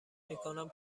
میکنم